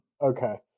Okay